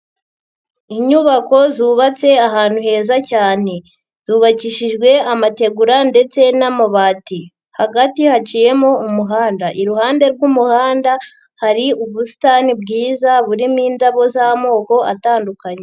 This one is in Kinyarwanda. Inyubako zubatse ahantu heza cyane. Zubakishijwe amategura ndetse n'amabati. Hagati haciyemo umuhanda. Iruhande rw'umuhanda hari ubusitani bwiza burimo indabo z'amoko atandukanye.